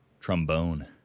Trombone